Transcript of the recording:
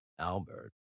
Albert